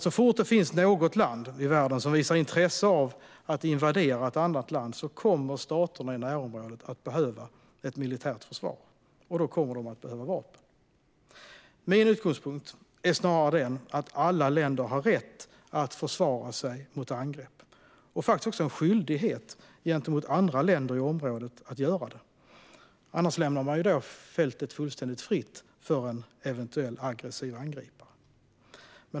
Så fort det finns något land i världen som visar intresse av att invadera ett annat land kommer staterna i närområdet att behöva ett militärt försvar, och då kommer de att behöva vapen. Min utgångspunkt är snarare den att alla länder har rätt att försvara sig mot angrepp och faktiskt också en skyldighet gentemot andra länder i området att göra det. Annars lämnar man fältet fullständigt fritt för en eventuell aggressiv angripare.